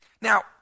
Now